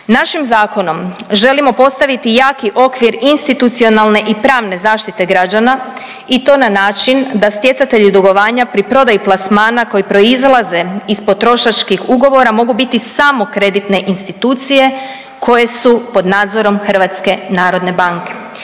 Našim zakonom želimo postaviti jaki okvir institucionalne i pravne zaštite građana i to na način da stjecatelj dugovanja pri prodaji plasmana koji proizlaze iz potrošačkih ugovora mogu biti samo kreditne institucije koje su pod nadzorom HNB-a. Nadalje,